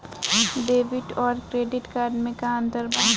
Debit आउर credit card मे का अंतर बा?